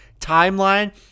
timeline